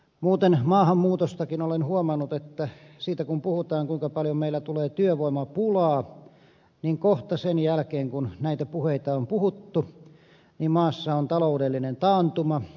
muuten maahanmuutostakin olen huomannut että kun siitä puhutaan kuinka paljon meillä tulee työvoimapulaa niin kohta sen jälkeen kun näitä puheita on puhuttu maassa on taloudellinen taantuma